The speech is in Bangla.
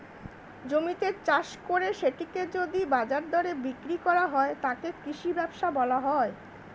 জমিতে চাষ করে সেটিকে যদি বাজার দরে বিক্রি করা হয়, তাকে কৃষি ব্যবসা বলা হয়